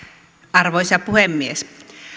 arvoisa puhemies